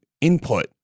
input